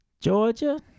Georgia